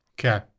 Okay